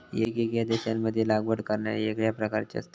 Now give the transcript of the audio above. येगयेगळ्या देशांमध्ये लागवड करणारे येगळ्या प्रकारचे असतत